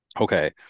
okay